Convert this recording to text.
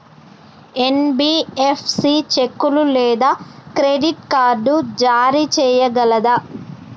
NBFC చెక్కులు లేదా credit card జారీ చేయగలదా?